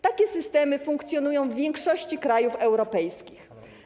Takie systemy funkcjonują w większości krajów europejskich.